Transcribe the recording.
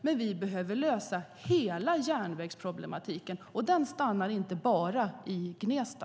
Men vi behöver lösa hela järnvägsproblematiken, och den stannar inte i Gnesta.